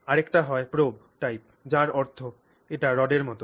আরেকটা হয় probe type যার অর্থ এটি রডের মতো